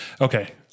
okay